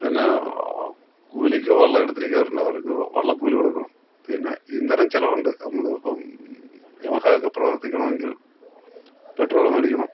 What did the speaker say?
പിന്നെ കൂലിക്ക് വള്ളവെ എടുത്തിരിക്കുന്നവരുണ്ട് അവർക്ക് വള്ളക്കൂലി കൊടുക്കണം പിന്നെ ഇന്ധനച്ചെലവുണ്ട് നമ്മിളിപ്പോള് യമഹയൊക്കെ പ്രവർത്തിക്കണമെങ്കിൽ പെട്രോള് മേടിക്കണം